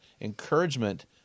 encouragement